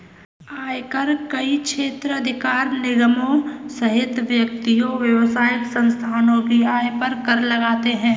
आयकर कई क्षेत्राधिकार निगमों सहित व्यक्तियों, व्यावसायिक संस्थाओं की आय पर कर लगाते हैं